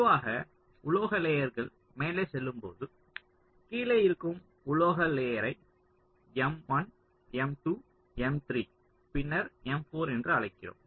பொதுவாக உலோக லேயர்கள் மேலே செல்லும்போது கீழே இருக்கும் உலோக லேயரை M1 M M2 M M3 M பின்னர் M4 எம் என்று அழைக்கிறோம்